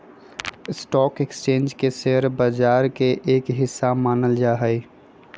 stock exchange के share बाजार के एक हिस्सा मानल जा हई